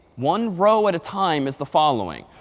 one row at a time, is the following.